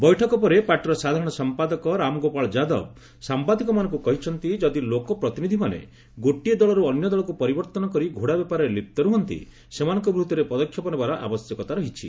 ବୈଠକ ପରେ ପାର୍ଟିର ସାଧାରଣ ସମ୍ପାଦକ ରାମଗୋପାଳ ଯାଦବ ସାମ୍ବାଦିକମାନଙ୍କୁ କହିଛନ୍ତି ଯଦି ଲୋକ ପ୍ରତିନିଧିମାନେ ଗୋଟିଏ ଦଳରୁ ଅନ୍ୟ ଦଳକୁ ପରିବର୍ତ୍ତନ କରି ଘୋଡ଼ା ବେପାରରେ ଲିପ୍ତ ରୁହନ୍ତି ସେମାନଙ୍କ ବିରୁଦ୍ଧରେ ପଦକ୍ଷେପ ନେବାର ଆବଶ୍ୟକତା ରହିଛି